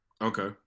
okay